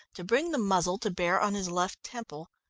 to bring the muzzle to bear on his left temple.